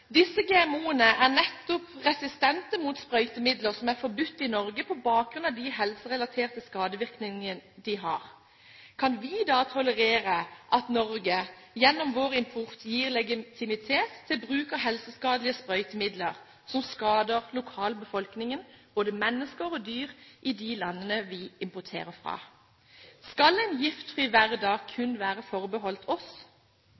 Disse GMO-ene er nettopp resistente mot sprøytemidler som er forbudt i Norge, på bakgrunn av de helserelaterte skadevirkningene de har. Kan vi da tolerere at Norge gjennom sin import gir legitimitet til bruk av sprøytemidler som skader lokalbefolkningen, mennesker og dyr i de landene vi importerer fra? Skal en giftfri hverdag kun være forbeholdt oss?